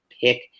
pick